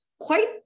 quite-